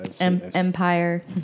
Empire